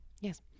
Yes